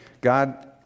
God